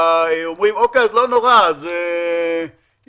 אומרים שלכאורה, אם